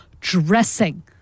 dressing